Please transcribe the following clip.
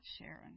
Sharon